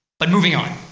but moving on.